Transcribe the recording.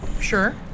Sure